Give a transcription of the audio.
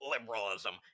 liberalism